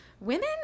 women